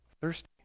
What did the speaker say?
thirsty